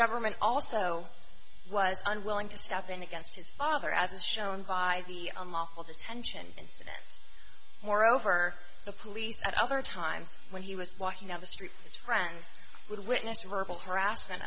government also was unwilling to step in against his father as shown by the unlawful detention incident moreover the police at other times when he was walking down the street is friends with witness a verbal harassment